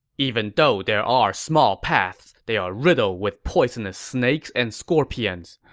even though there are small paths, they are riddled with poisonous snakes and scorpions.